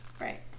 right